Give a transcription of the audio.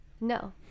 no